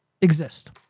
exist